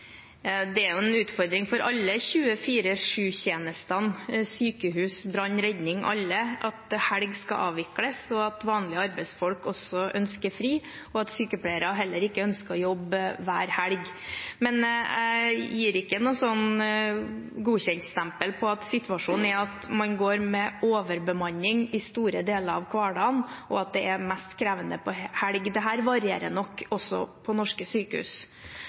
Det er en utfordring for alle 24-7-tjenestene – sykehus, brann og redning – at helg skal avvikles, at vanlige arbeidsfolk ønsker å ha fri, og at heller ikke sykepleiere ønsker å jobbe hver helg. Men jeg gir ikke noe godkjentstempel på at situasjonen er at man går med overbemanning i store deler av hverdagene, og at det er mest krevende i helgene. Dette variere nok også på norske sykehus.